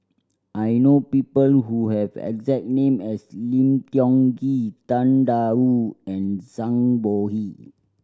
I know people who have exact name as Lim Tiong Ghee Tang Da Wu and Zhang Bohe